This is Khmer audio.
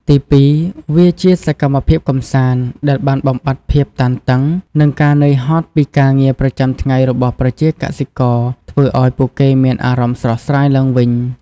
ទីពីរ វាជា សកម្មភាពកម្សាន្ត ដែលបានបំបាត់ភាពតានតឹង និងការនឿយហត់ពីការងារប្រចាំថ្ងៃរបស់ប្រជាកសិករ ធ្វើឱ្យពួកគេមានអារម្មណ៍ស្រស់ស្រាយឡើងវិញ។